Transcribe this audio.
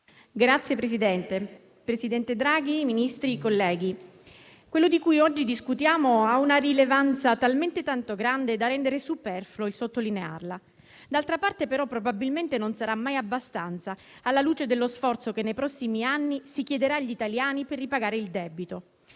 presidente del Consiglio Draghi, Ministri, colleghi, il tema di cui oggi discutiamo ha una rilevanza talmente tanto grande da rendere superfluo il sottolinearla; d'altra parte, però, probabilmente non sarà mai abbastanza, alla luce dello sforzo che nei prossimi anni si chiederà agli italiani per ripagare il debito.